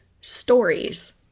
stories